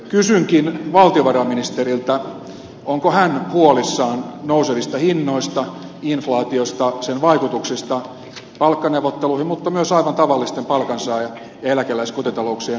kysynkin valtiovarainministeriltä onko hän huolissaan nousevista hinnoista inflaatiosta sen vaikutuksista palkkaneuvotteluihin mutta myös aivan tavallisten palkansaaja ja eläkeläiskotitalouksien arkeen